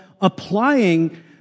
applying